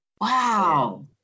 Wow